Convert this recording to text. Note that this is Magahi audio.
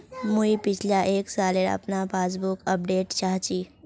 मुई पिछला एक सालेर अपना पासबुक अपडेट चाहची?